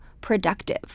productive